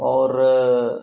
और